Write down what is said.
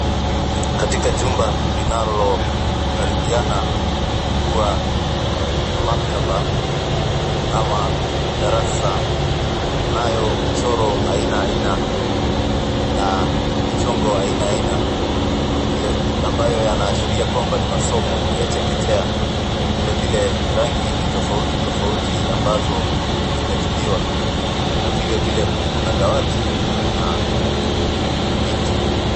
Katika jumba linalokaribiana kuwa maktaba ama darasa kunayo michoro aina ya aina na michongo wa aina ya aina ambayo yanaashiria kwamba ni masomo ya chekechea. Vile vile rangi ni tofauti tofauti ambazo zimetumiwa na vile vile kuna dawati na viti.